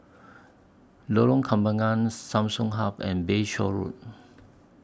Lorong Kembagan Samsung Hub and Bayshore Road